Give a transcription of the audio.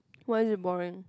why is it boring